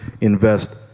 invest